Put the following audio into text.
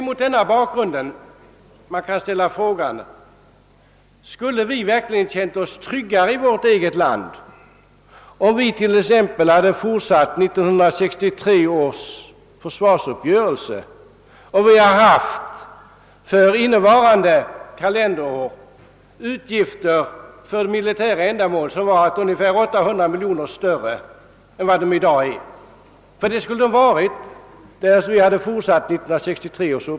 Mot den bakgrunden kan ställas frågan, om vi här i landet verkligen skulle ha känt oss tryggare, om vi hade fortsatt 1963 års försvarsuppgörelse och för innevarande kalenderår hade haft utgifter för militära ändamål som varit ungefär 800 miljoner kronor större än vad fallet nu är.